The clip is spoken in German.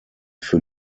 für